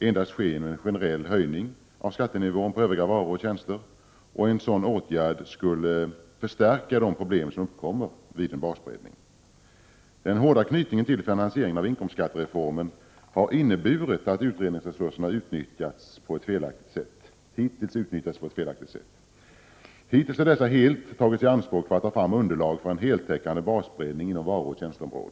endast ske genom en generell höjning av skattenivån på övriga varor och tjänster. En sådan åtgärd skulle förstärka de problem som uppkommer vid en basbreddning. Den hårda knytningen till finansieringen av inkomstskattereformen har inneburit att utredningsresurserna hittills utnyttjats på ett felaktigt sätt. Dessa har helt tagits i anspråk för att ta fram underlag för en heltäckande basbreddning inom varuoch tjänsteområdet.